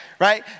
right